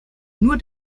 nur